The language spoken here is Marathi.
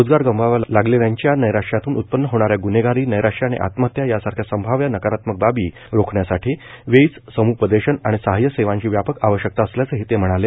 रोजगार गमवावा लागल्याच्या नैराश्यातून उत्पन्न होणाऱ्या ग्न्हेगारी नैराश्य आणि आत्महत्या यासारख्या संभाव्य नकारात्मक बाबी रोखण्यासाठी वेळीच सम्पदेशन आणि सहाय्य सेवांची व्यापक आवश्यकता असल्याचंही ते म्हणाले